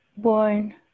born